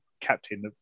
captain